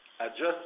Adjusted